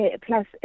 plus